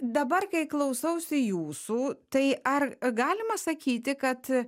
dabar kai klausausi jūsų tai ar galima sakyti kad